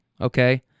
okay